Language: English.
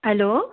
hello